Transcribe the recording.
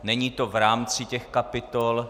Není to v rámci těch kapitol.